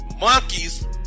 Monkeys